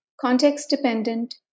context-dependent